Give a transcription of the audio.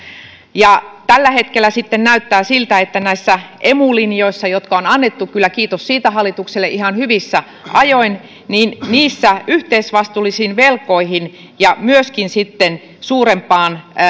ja tällä hetkellä sitten näyttää siltä että näissä emu linjoissa jotka on annettu kyllä kiitos siitä hallitukselle ihan hyvissä ajoin yhteisvastuullisiin velkoihin ja myöskin sitten suurempaan